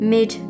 Mid